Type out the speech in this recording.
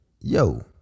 yo